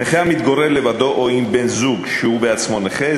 נכה המתגורר לבדו או עם בן-זוג שהוא בעצמו נכה,